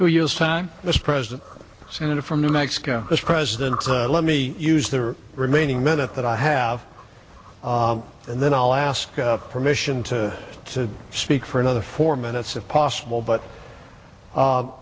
who use time this president senator from new mexico this president let me use the remaining minute that i have and then i'll ask permission to to speak for another four minutes if possible but